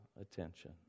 attention